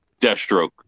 Deathstroke